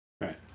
Right